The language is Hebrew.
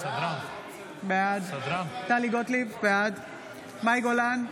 בעד טלי גוטליב, בעד מאי גולן,